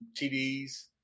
TDs